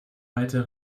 weiter